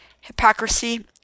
hypocrisy